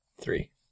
three